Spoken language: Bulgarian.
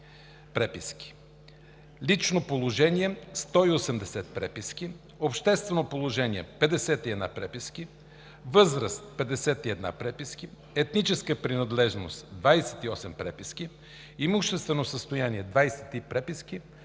„лично положение“ – 180 преписки, „обществено положение“ – 57 преписки, „възраст“ – 51 преписки, „етническа принадлежност“ – 28 преписки, „имуществено състояние“ – 23 преписки,